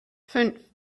fünf